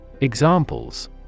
Examples